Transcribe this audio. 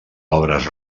obres